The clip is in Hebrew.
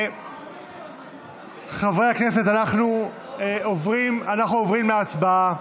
חברי הכנסת, אנחנו עוברים להצבעה.